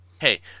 Hey